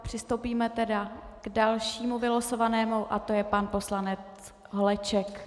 Přistoupíme tedy k dalšímu vylosovanému a to je pan poslanec Holeček.